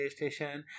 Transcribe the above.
playstation